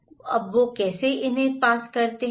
वे इसे कैसे पास करते हैं